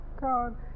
God